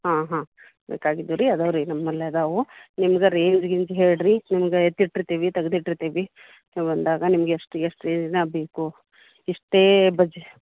ಹಾಂ ಹಾಂ ಬೇಕಾಗಿದ್ದವು ರೀ ಅದಾವೆ ರೀ ನಮ್ಮಲ್ಲಿ ಅದಾವೆ ನಿಮ್ಗೆ ರೇಂಜ್ ಗೀಂಜ್ ಹೇಳಿರಿ ನಿಮ್ಗೆ ಎತ್ತಿಟ್ಟಿರ್ತಿವಿ ತಗ್ದು ಇಟ್ಟಿರ್ತೀವಿ ನೀವು ಬಂದಾಗ ನಿಮ್ಗೆ ಎಷ್ಟು ಎಷ್ಟು ರೇಂಜಿನ ಬೇಕು ಇಷ್ಟೇ ಬಜೆ